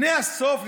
לפני הסוף,